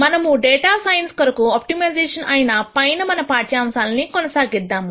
మనము data science కొరకు optimisation పైన మన పాఠ్యాంశాలను కొనసాగిద్దాం